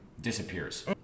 disappears